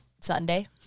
Sunday